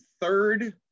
third